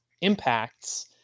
impacts